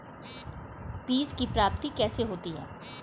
बीज की प्राप्ति कैसे होती है?